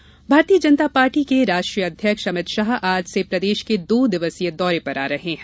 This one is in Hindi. शाह दौरा भारतीय जनता पार्टी के राष्ट्रीय अध्यक्ष अमित शाह आज से प्रदेश के दो दिवसीय दौरे पर आ रहे है